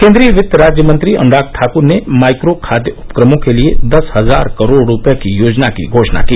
केन्द्रीय वित्त राज्य मंत्री अनुराग ठाकुर ने माइक्रो खाद्य उपक्रमों के लिए दस हजार करोड़ रुपये की योजना की घोषणा की